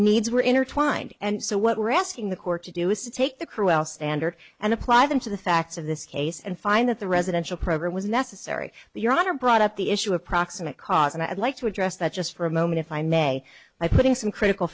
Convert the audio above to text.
needs were intertwined and so what we're asking the court to do is to take the crew else and her and apply them to the facts of this case and find that the residential program was necessary but your daughter brought up the issue of proximate cause and i'd like to address that just for a moment if i may by putting some critical